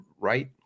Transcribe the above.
right